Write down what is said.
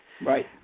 Right